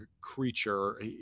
creature